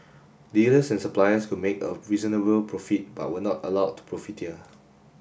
dealers and suppliers could make a reasonable profit but were not allowed to profiteer